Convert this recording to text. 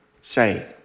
say